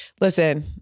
Listen